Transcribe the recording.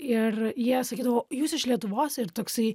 ir jie sakydavo jūs iš lietuvos ir toksai